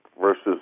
versus